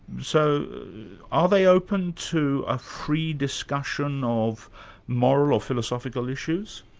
so are they open to a free discussion of moral or philosophical issues?